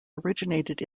originated